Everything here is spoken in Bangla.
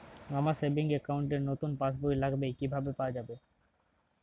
আমার সেভিংস অ্যাকাউন্ট র নতুন পাসবই লাগবে, কিভাবে পাওয়া যাবে?